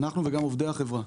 אנחנו וגם עובדי החברה.